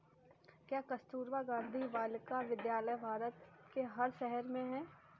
क्या कस्तूरबा गांधी बालिका विद्यालय भारत के हर शहर में है?